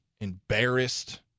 embarrassed